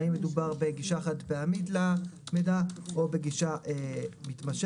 האם מדובר בגישה חד פעמית למידע או בגישה מתמשכת.